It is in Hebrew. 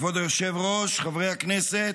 כבוד היושב-ראש, חברי הכנסת,